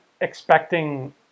expecting